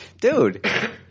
dude